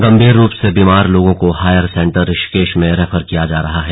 गंभीर रूप से बीमार लोगों को हायर सेंटर ऋषिकेश भी भेजा जा रहा है